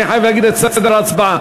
אני חייב להגיד את סדר ההצבעה.